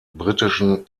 britischen